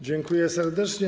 Dziękuję serdecznie.